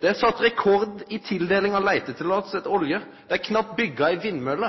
Det er sett rekord i tildeling av leiteløyve etter olje, det er knapt bygd ei vindmølle,